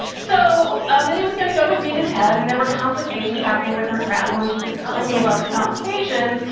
so amelia was going to go with me to ted, and there were complications happening with her travel and she was telling me about the complications.